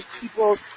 people